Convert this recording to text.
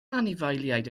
anifeiliaid